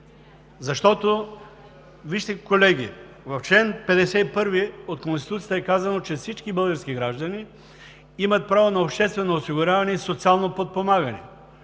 помощи. Вижте, колеги, в чл. 51 от Конституцията е казано, че всички български граждани имат право на обществено осигуряване и социално подпомагане.